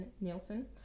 Nielsen